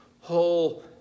whole